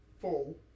full